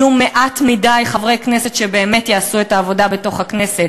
יהיו מעט מדי חברי כנסת שבאמת יעשו את העבודה בתוך הכנסת,